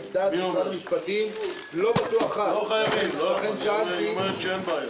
לפי דעת משרד המשפטים -- היא אומרת שאין בעיה.